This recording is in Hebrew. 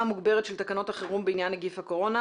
מוגברת של תקנות החירום בעניין נגיף הקורונה,